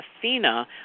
Athena